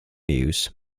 use